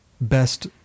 best